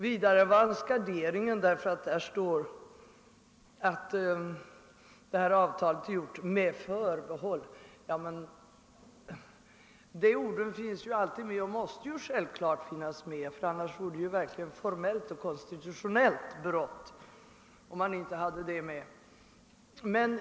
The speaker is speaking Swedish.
Vidare var garderingen märklig, när herr statsrådet säger att det står att avtalet träffats »med förbehåll». Dessa ord finns ju alltid med och måste givetvis finnas med, ty annars vore det fråga om ett formellt och konstitutionellt brott.